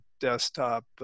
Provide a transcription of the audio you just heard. desktop